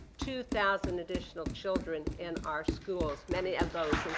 two thousand additional children in our schools, many of those